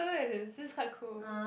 look at this this quite cool